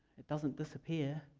it doesn't disappear.